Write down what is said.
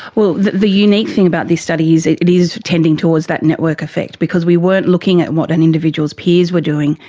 well, the the unique thing about this study is it it is tending towards that network effect because we weren't looking at what an individual's peers were doing,